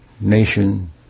nation